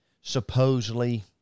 supposedly